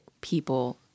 people